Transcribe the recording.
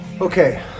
Okay